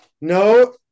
no